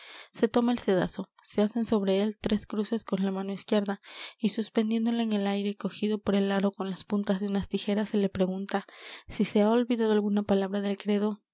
se toma el cedazo se hacen sobre él tres cruces con la mano izquierda y suspendiéndole en el aire cogido por el aro con las puntas de unas tijeras se le pregunta si se ha olvidado alguna palabra del credo